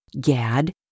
Gad